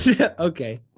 Okay